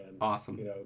Awesome